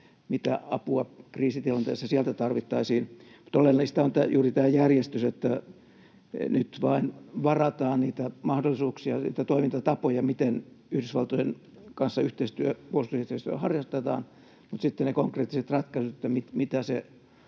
mitä apua kriisitilanteessa sieltä tarvittaisiin. Mutta oleellista on juuri tämä järjestys, että nyt vain varataan niitä mahdollisuuksia, niitä toimintatapoja, miten Yhdysvaltojen kanssa puolustusyhteistyötä harjoitetaan, mutta sitten ne konkreettiset ratkaisut, mitä se